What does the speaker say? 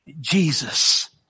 Jesus